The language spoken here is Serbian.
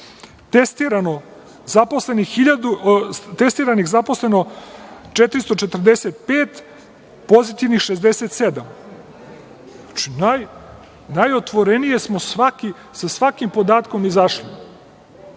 testirano zaposlenih 445, pozitivnih 67, znači najotvorenije smo sa svakim podatkom izašli.